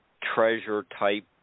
treasure-type